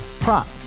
Prop